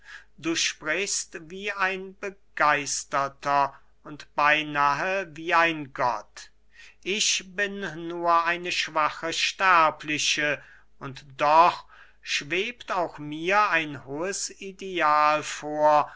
du sprichst wie ein begeisterter und beynahe wie ein gott ich bin nur eine schwache sterbliche und doch schwebt auch mir ein hohes ideal vor